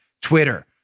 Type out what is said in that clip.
Twitter